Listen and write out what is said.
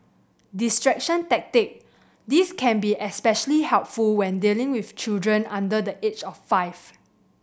distraction tactic this can be especially helpful when dealing with children under the age of five